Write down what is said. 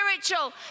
spiritual